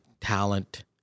talent